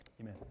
Amen